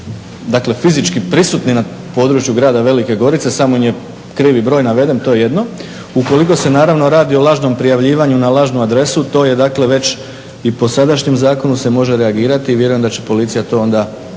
dakle fizički prisutni na području grada Velike Gorice, samo im je krivi broj naveden, to je jedno, ukoliko se radi o lažnom prijavljivanju na lažnu adresu to je dakle već i po sadašnjem zakonu se može reagirati i vjerujem da će policija to onda